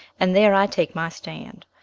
and there i take my stand.